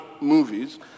movies